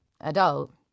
adult